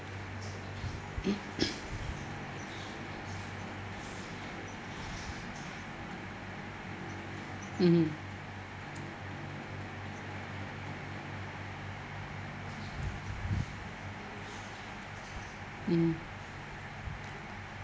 mmhmm mmhmm